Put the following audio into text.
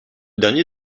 dernier